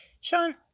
Sean